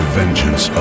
vengeance